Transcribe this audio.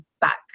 back